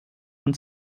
und